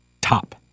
Top